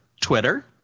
Twitter